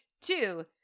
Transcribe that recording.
Two